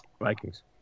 Vikings